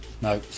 No